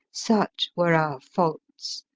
such were our faults,